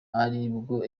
aribwo